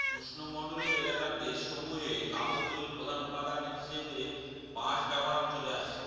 উষ্ণমন্ডলীয় এলাকার দেশসমূহে কাগজ তৈরির প্রধান উপাদান হিসাবে বাঁশ ব্যবহার চলে আসছে